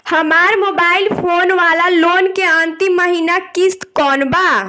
हमार mobile phone वाला loan के अंतिम महिना किश्त कौन बा?